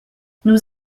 nous